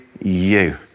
you